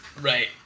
Right